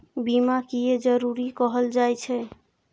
बीमा किये जरूरी कहल जाय छै?